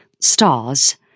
stars